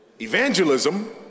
Evangelism